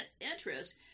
interest